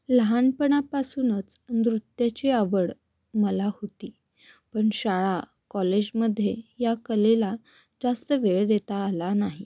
लहानपणापासूनच नृत्याची आवड मला होती पण शाळा कॉलेजमध्ये या कलेला जास्त वेळ देता आला नाही